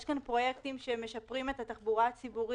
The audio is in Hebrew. יש כאן פרויקטים של הפרדות מפלסיות,